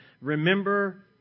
remember